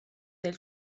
del